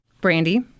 Brandy